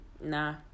nah